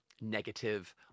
negative